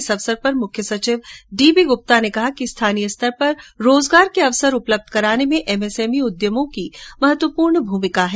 इस अवसर पर मुख्य सचिव डीबी गुप्ता ने कहा कि स्थानीय स्तर पर रोजगार के अवसर उपलब्ध कराने में एमएसएमई उद्यमों की महत्वपूर्ण भूमिका है